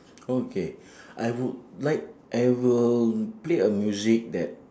okay I would like I will play a music that